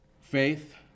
Faith